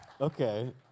Okay